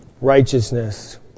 righteousness